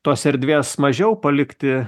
tos erdvės mažiau palikti